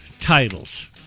titles